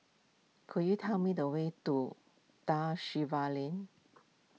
could you tell me the way to Da Silva Lane